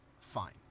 fine